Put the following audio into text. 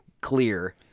clear